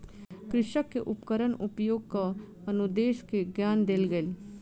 कृषक के उपकरण उपयोगक अनुदेश के ज्ञान देल गेल